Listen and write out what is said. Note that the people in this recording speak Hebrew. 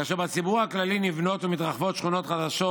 כאשר בציבור הכללי נבנות ומתרחבות שכונות חדשות,